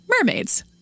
mermaids